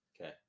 Okay